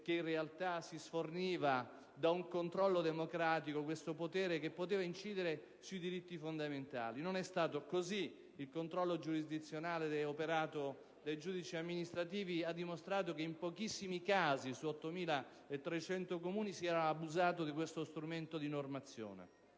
che in realtà si privava di un controllo democratico un potere che poteva incidere sui diritti fondamentali. Non è stato così: il controllo giurisdizionale operato dai giudici amministrativi ha dimostrato che solo in pochissimi casi, su 8300 Comuni, si era abusato di tale strumento. Con